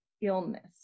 illness